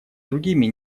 другими